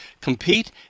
compete